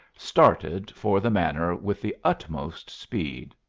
started for the manor with the utmost speed.